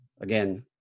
again